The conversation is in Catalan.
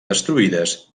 destruïdes